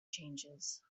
changes